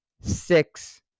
six